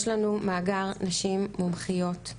יש לנו מאגר נשים מומחיות,